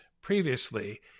previously